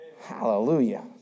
Hallelujah